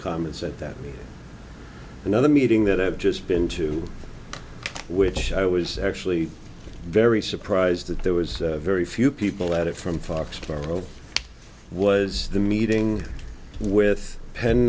comments at that another meeting that i've just been to which i was actually very surprised that there was very few people at it from fox tomorrow was the meeting with pen